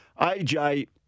AJ